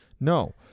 No